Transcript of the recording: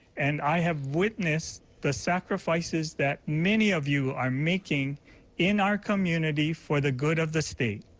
and i have witnessed the sacrifices that many of you are making in our community for the good of the state.